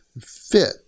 fit